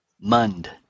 MUND